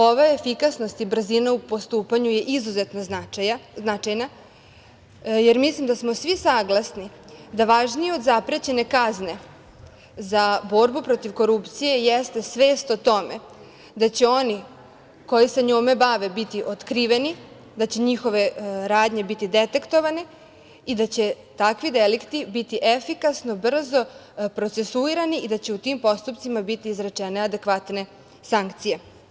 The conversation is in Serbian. Ova efikasnost i brzina u postupanju je izuzetno značajna, jer mislim da smo svi saglasni da važnije od zaprećene kazne za borbu protiv korupcije jeste svest o tome da će oni koji se njome bave biti otkriveni, da će njihove radnje biti detektovane i da će takvi delikti biti efikasno, brzo procesuirani i da će u tim postupcima biti izrečene adekvatne sankcije.